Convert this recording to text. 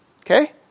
okay